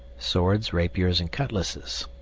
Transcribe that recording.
swords, rapiers, and cutlasses